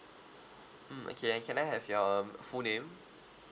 mm okay and can I have your um full name